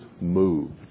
moved